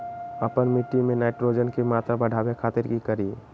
आपन मिट्टी में नाइट्रोजन के मात्रा बढ़ावे खातिर की करिय?